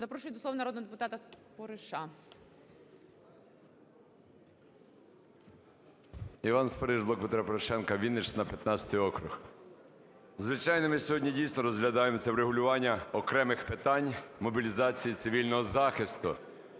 Запрошую до слова народного депутата Спориша. 13:07:37 СПОРИШ І.Д. Іван Спориш, "Блок Петра Порошенка", Вінниччина, 15 округ. Звичайно, ми сьогодні дійсно розглядаємо це врегулювання окремих питань мобілізації цивільного захисту,